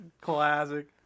Classic